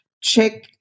Check